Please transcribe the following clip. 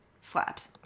slaps